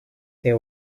there